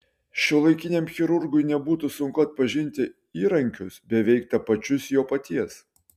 šiuolaikiniam chirurgui nebūtų sunku atpažinti įrankius beveik tapačius jo paties